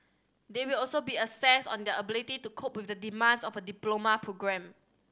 they will also be assessed on their ability to cope with the demands of a diploma programme